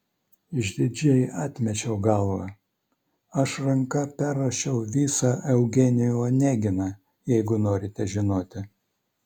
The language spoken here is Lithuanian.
išdidžiai atmečiau galvą aš ranka perrašiau visą eugenijų oneginą jeigu norite žinoti